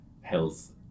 health